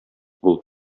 бул